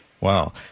wow